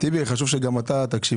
אתמול התקיים